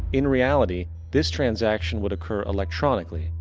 in reality, this transaction would occur electronically.